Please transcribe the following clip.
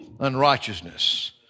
Unrighteousness